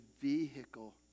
vehicle